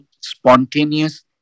spontaneous